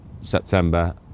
September